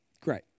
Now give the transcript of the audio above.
Great